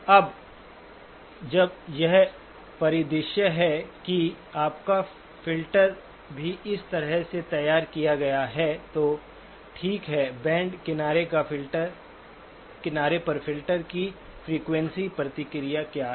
अब जब यह परिदृश्य है और आपका फ़िल्टर भी इस तरह से तैयार किया गया है तो ठीक है बैंड किनारे पर फ़िल्टर की फ्रीक्वेंसी प्रतिक्रिया क्या है